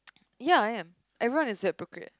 ya I am everyone is a hypocrite